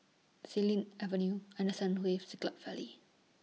Xilin Avenue Henderson Wave Siglap Valley